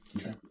Okay